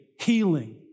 healing